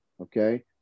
Okay